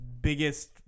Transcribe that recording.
biggest